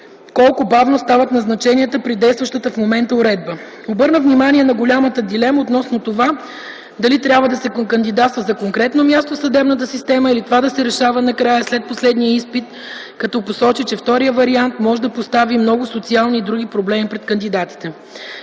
колко бавно стават назначенията при действащата в момента уредба. Обърна внимание на голямата дилема относно това дали трябва да се кандидатства за конкретно място в съдебната система, или това да се решава накрая, след последния изпит, като посочи, че вторият вариант може да постави много социални и др. проблеми пред кандидатите.